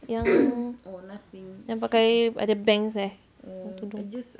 yang yang pakai ada bangs eh tudung